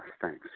Thanks